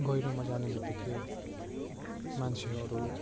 गहिरोमा जानबित्तिकै मान्छेहरू